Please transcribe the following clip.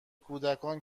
کودکان